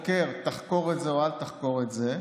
לחוקר: תחקור את זה או אל תחקור את זה,